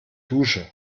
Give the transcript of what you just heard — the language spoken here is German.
dusche